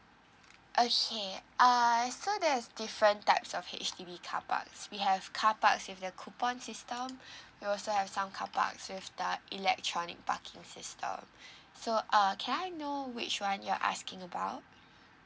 okay err so there's different types of H_D_B carparks we have carparks with the coupon system we also have some carparks with the electronic parking system so uh can I know which one you're asking about